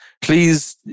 Please